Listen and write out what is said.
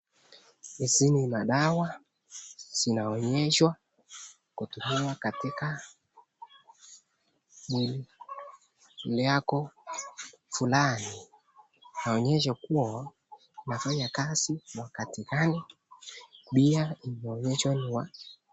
Hizi ni dawa zinaonyeshwa kutumika katika mwili yako fulani. Naonyesha kuwa nafanya kazi wakati gani pia information wa.